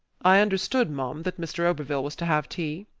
i understood, m'm, that mr. oberville was to have tea?